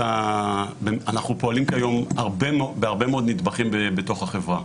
אנחנו פועלים כיום בהרבה מאוד נדבכים בתוך החברה